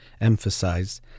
emphasized